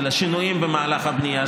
של השינויים במהלך הבנייה.